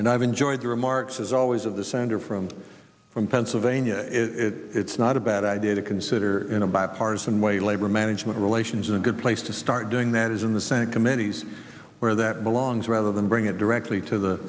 and i've enjoyed the remarks as always of the senator from from pennsylvania it's not a bad idea to consider in a bipartisan way labor management relations a good place to start doing that is in the senate committees where that belongs rather than bring it directly to the